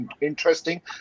interesting